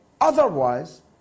otherwise